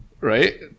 right